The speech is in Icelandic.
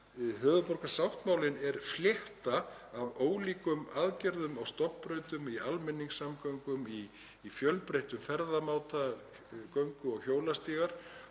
Höfuðborgarsáttmálinn er flétta af ólíkum aðgerðum á stofnbrautum, í almenningssamgöngum, í fjölbreyttum ferðamáta, göngu- og hjólastígar.